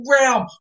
realm